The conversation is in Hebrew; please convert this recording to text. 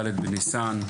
ד׳ בניסן,